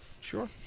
sure